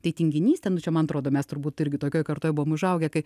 tai tinginystė nu čia man atrodo mes turbūt irgi tokioj kartoj buvo užaugę kai